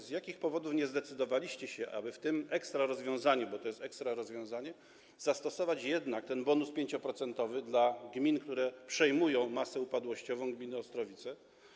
Z jakich powodów nie zdecydowaliście się, aby w tym ekstrarozwiązaniu, bo to jest ekstrarozwiązanie, zastosować jednak ten bonus 5-procentowy dla gmin, które przejmują masę upadłościową gminy Ostrowice?